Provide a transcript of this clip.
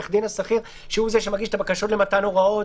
העו"ד השכיר שהוא זה שמגיש את הבקשות למתן הוראות